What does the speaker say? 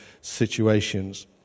situations